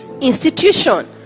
institution